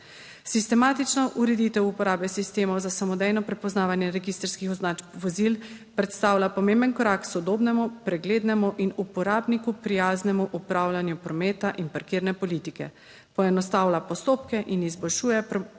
Sistematična ureditev uporabe sistemov za samodejno prepoznavanje registrskih označb vozil predstavlja pomemben korak k sodobnemu, preglednemu in uporabniku prijaznemu upravljanju prometa in parkirne politike. Poenostavlja postopke in izboljšuje pretočnost